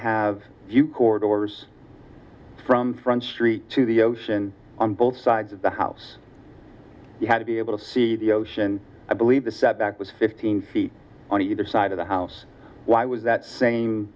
you court orders from front street to the ocean on both sides of the house you had to be able to see the ocean i believe the set back was fifteen feet on either side of the house why was that sa